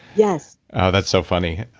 yes. oh, that's so funny.